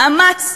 מאמץ,